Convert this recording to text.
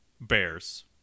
Bears